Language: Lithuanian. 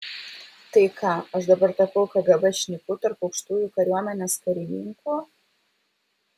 tai ką aš dabar tapau kgb šnipu tarp aukštųjų kariuomenės karininkų